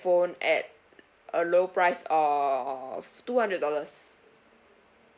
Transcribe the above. phone at a low price of two hundred dollars